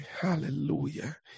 hallelujah